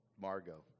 Margot